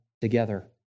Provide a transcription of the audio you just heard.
together